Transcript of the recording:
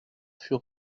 fut